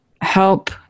help